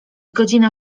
godzina